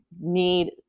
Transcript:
need